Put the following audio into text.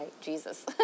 Jesus